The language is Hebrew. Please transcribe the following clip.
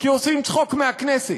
כי עושים צחוק מהכנסת,